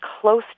close